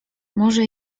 może